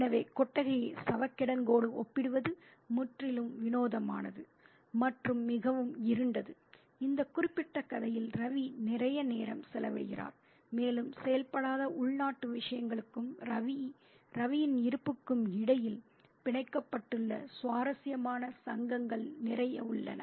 எனவே கொட்டகையை சவக்கிடங்கோடு ஒப்பிடுவது முற்றிலும் வினோதமானது மற்றும் மிகவும் இருண்டது இந்த குறிப்பிட்ட கதையில் ரவி நிறைய நேரம் செலவிடுகிறார் மேலும் செயல்படாத உள்நாட்டு விஷயங்களுக்கும் ரவியின் இருப்புக்கும் இடையில் பிணைக்கப்பட்டுள்ள சுவாரஸ்யமான சங்கங்கள் நிறைய உள்ளன